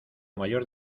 mayor